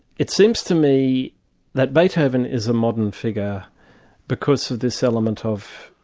it seems to me that beethoven is a modern figure because of this element of,